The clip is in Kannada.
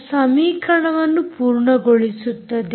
ಅದು ಸಮೀಕರಣವನ್ನು ಪೂರ್ಣಗೊಳಿಸುತ್ತದೆ